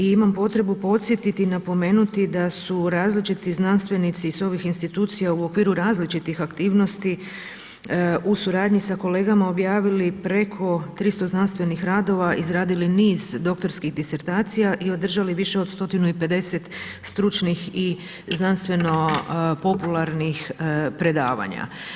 I imam potrebu podsjetiti i napomenuti da su različiti znanstvenici sa ovih institucija u okviru različitih aktivnosti u suradnji sa kolegama objavili preko 300 znanstvenih radova, izradili niz doktorskih disertacija i održali više od 150 stručnih i znanstveno popularnih predavanja.